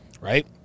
right